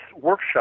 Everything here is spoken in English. workshop